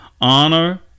honor